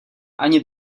ani